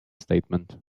statement